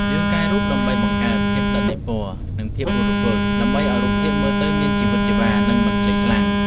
យើងកែរូបដើម្បីបង្កើន ភាពដិតនៃពណ៌ និង ភាពរស់រវើក ដើម្បីឱ្យរូបភាពមើលទៅមានជីវិតជីវ៉ា និងមិនស្លេកស្លាំង។